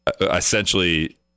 essentially